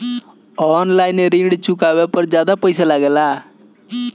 आन line ऋण चुकावे पर ज्यादा पईसा लगेला?